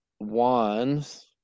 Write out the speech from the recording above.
wands